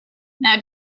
now